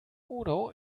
udo